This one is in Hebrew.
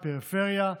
בפריפריה,